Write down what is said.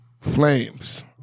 Flames